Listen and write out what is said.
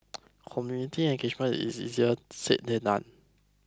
community engagement is easier said than done